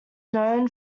known